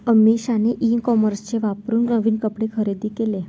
अमिषाने e commerce वापरून नवीन कपडे खरेदी केले